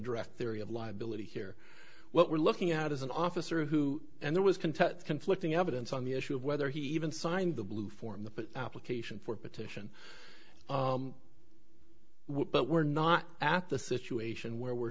draft theory of liability here well we're looking at as an officer who there was can tell conflicting evidence on the issue of whether he even signed the blue form the application for petition but we're not at the situation where we're